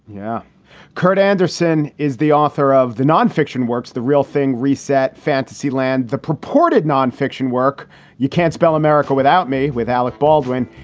yeah kurt anderson is the author of the non-fiction works the real thing reset fantasy land, the purported nonfiction work you can't spell america without me with alec baldwin.